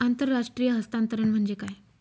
आंतरराष्ट्रीय हस्तांतरण म्हणजे काय?